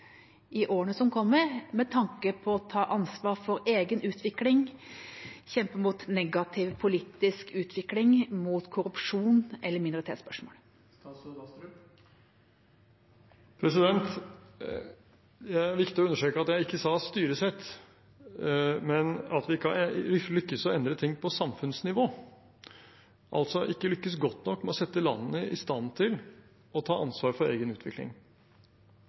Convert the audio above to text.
i årene som kommer, med tanke på å ta ansvar for egen utvikling, kjempe mot negativ politisk utvikling, mot korrupsjon eller minoritetsspørsmål? Det er viktig å understreke at jeg ikke sa styresett, men at vi ikke har lyktes med å endre ting på samfunnsnivå, altså ikke lyktes godt nok med å sette landene i stand til å ta ansvar for egen utvikling.